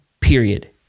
period